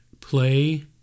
play